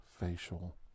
facial